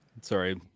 sorry